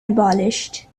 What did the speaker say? abolished